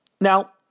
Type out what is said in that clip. Now